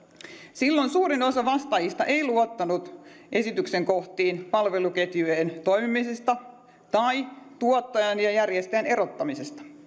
silloin suurin osa vastaajista ei luottanut esityksen kohtiin palveluketjujen toimimisesta tai tuottajan ja järjestäjän erottamisesta